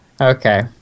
Okay